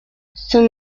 son